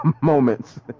moments